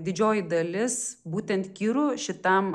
didžioji dalis būtent kirų šitam